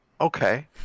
Okay